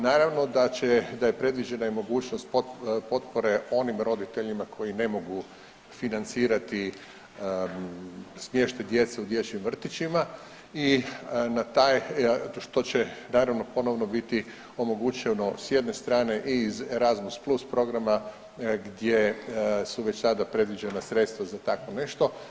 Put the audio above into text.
Naravno da je predviđena i mogućnost potpore onim roditeljima koji ne mogu financirati smještaj djece u dječjim vrtićima i na taj što će naravno ponovo biti omogućeno s jedne strane i iz Erasmus+ programa gdje su već sada predviđena sredstva za takvo nešto.